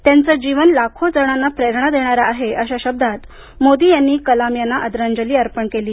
त्यांचं जीवन लाखोजणांना प्रेरणा देणारं आहे अशा शद्वात मोदी यांनी कलाम यांना आदरांजली अर्पण केली आहे